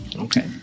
Okay